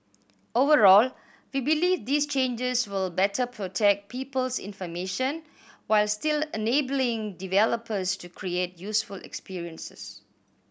overall we believe these changes will better protect people's information while still enabling developers to create useful experiences